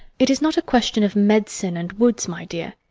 it is not a question of medicine and woods, my dear,